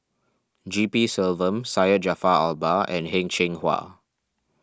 G P Selvam Syed Jaafar Albar and Heng Cheng Hwa